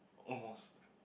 almost